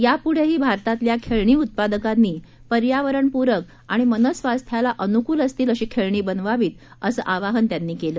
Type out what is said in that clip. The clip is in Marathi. यापुढेही भारतातल्या खेळणी उत्पादकांनी पर्यावरणप्रक आणि मनस्वास्थ्याला अनुकूल असतील अशी खेळणी बनवावित असं आवाहन त्यांनी केलं